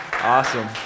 awesome